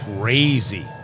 crazy